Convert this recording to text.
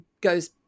Goes